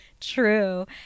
true